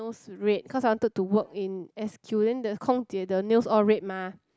red cause I wanted to work in S_Q then the 空姐 the nails all red mah